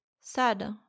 sad